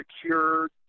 secure